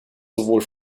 sowohl